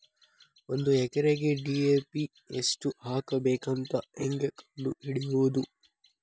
ಒಂದು ಎಕರೆಗೆ ಡಿ.ಎ.ಪಿ ಎಷ್ಟು ಹಾಕಬೇಕಂತ ಹೆಂಗೆ ಕಂಡು ಹಿಡಿಯುವುದು?